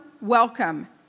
welcome